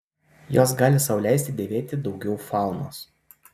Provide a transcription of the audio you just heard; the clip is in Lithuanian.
jos gali sau leisti dėvėti daugiau faunos